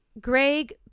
Greg